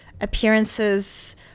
appearances